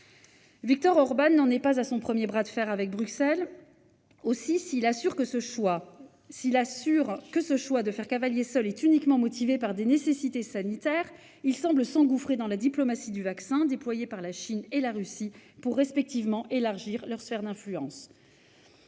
Viktor Orban n'en est pas à son premier bras de fer avec Bruxelles. Aussi, s'il assure que ce choix de faire cavalier seul est uniquement motivé par des nécessités sanitaires, il semble s'engouffrer dans la « diplomatie du vaccin » déployée par la Chine et par la Russie pour élargir leurs sphères d'influence